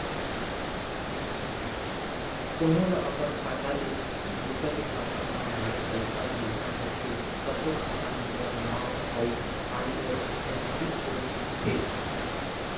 कोनो ल अपन खाता ले दूसर के खाता म ऑनलाईन पइसा भेजना होथे तभो खाता नंबर, नांव अउ आई.एफ.एस.सी कोड पूछथे